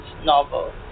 novel